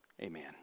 amen